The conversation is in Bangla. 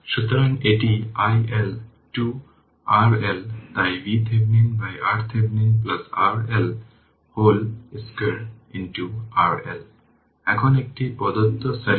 সুতরাং এটি হবে 7692 ভোল্ট এবং 464 অ্যাম্পিয়ারের উপর ix Vx এবং y হল 3846 অ্যাম্পিয়ার